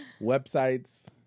websites